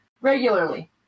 regularly